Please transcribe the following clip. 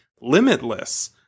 limitless